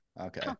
Okay